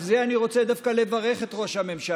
על זה אני רוצה דווקא לברך את ראש הממשלה,